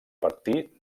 partir